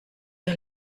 ihr